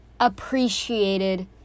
appreciated